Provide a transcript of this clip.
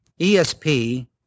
ESP